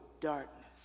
darkness